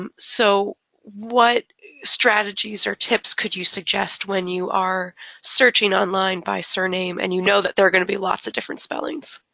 um so what strategies or tips could you suggest when you are searching online by surname and you know that there are going to be lots of different spellings?